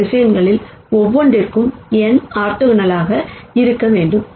இந்த வெக்டார்களில் ஒவ்வொன்றிற்கும் N ஆர்த்தோகனலாக இருக்க வேண்டும்